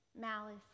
malice